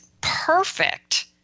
perfect